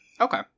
Okay